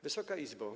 Wysoka Izbo!